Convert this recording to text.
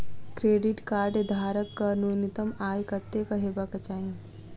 Credit card धारक कऽ न्यूनतम आय कत्तेक हेबाक चाहि?